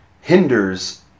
hinders